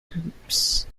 groups